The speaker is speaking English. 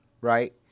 right